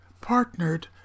partnered